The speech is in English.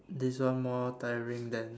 this one more tiring than